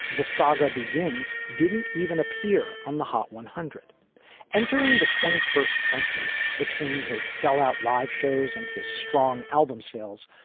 the saga begins, didn't even appear on the hot one hundred entering the twenty first century between his sell out live shows and his strong album sales.